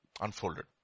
unfolded